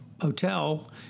hotel